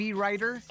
writer